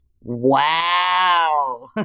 wow